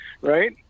right